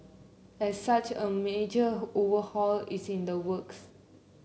as such a major overhaul is in the works